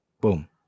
Boom